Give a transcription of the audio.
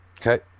Okay